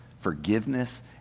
forgiveness